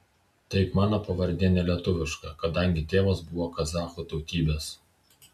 taip mano pavardė ne lietuviška kadangi tėvas buvo kazachų tautybės